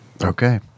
Okay